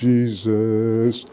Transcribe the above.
Jesus